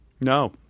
no